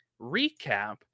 recap